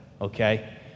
okay